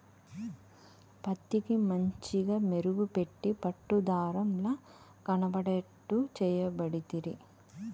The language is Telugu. పత్తికి మంచిగ మెరుగు పెట్టి పట్టు దారం ల కనబడేట్టు చేయబడితిరి